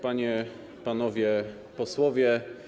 Panie i Panowie Posłowie!